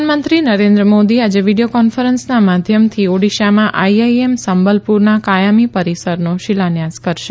પ્રધાનમંત્રી નરેન્દ્ર મોદી આજે વીડીયો કોન્ફરન્સના માધ્યમથી ઓડીશામાં આઇઆઇએમ સંબલપુરના કાયમી પરીસરનો શિલાન્યાસ કરશે